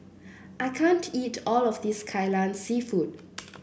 I can't eat all of this Kai Lan seafood